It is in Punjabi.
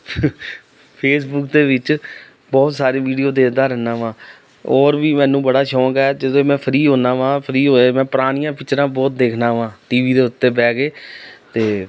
ਫੇਸਬੁੱਕ ਦੇ ਵਿੱਚ ਬਹੁਤ ਸਾਰੇ ਵੀਡੀਓ ਦੇਖਦਾ ਰਹਿੰਦਾ ਵਾ ਔਰ ਵੀ ਮੈਨੂੰ ਬੜਾ ਸ਼ੌਂਕ ਹੈ ਜਦੋਂ ਮੈਂ ਫਰੀ ਹੁੰਦਾ ਹਾਂ ਫਰੀ ਹੋਇਆ ਮੈਂ ਪੁਰਾਣੀਆਂ ਪਿਕਚਰਾਂ ਬਹੁਤ ਦੇਖਦਾ ਵਾਂ ਟੀ ਵੀ ਦੇ ਉੱਤੇ ਬਹਿ ਕੇ ਅਤੇ